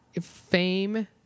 fame